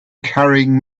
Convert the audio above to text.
carrying